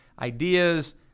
ideas